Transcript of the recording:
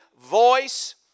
voice